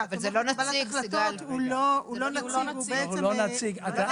קבלת החלטות הוא לא נציג, הוא רק